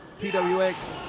PWX